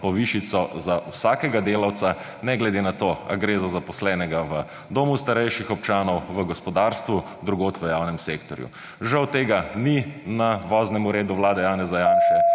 povišico za vsakega delavca ne glede na to ali gre za zaposlenega v domu starejših občanov, v gospodarstvu, drugod v javnem sektorju. Žal tega ni na voznemu redu Vlade Janeza Janše,